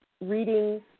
reading